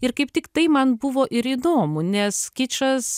ir kaip tik tai man buvo ir įdomu nes kičas